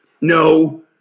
No